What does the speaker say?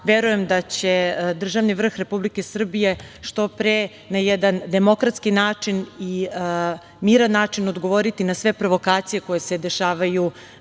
verujem da će državni vrh Republike Srbije što pre, na jedan demokratski način i miran način, odgovoriti na sve provokacije koje se dešavaju